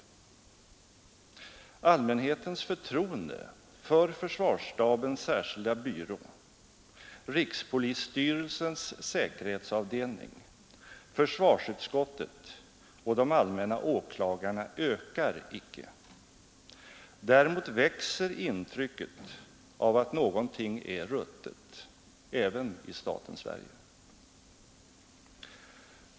Allmänhetens förtroende för försvarsstabens särskilda byrå, rikspolisstyrelsens säkerhetsavdelning, försvarsutskottet och de allmänna åklagarna ökar icke. Däremot växer intrycket av att någonting är ruttet — även i staten Sverige.